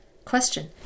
question